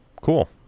Cool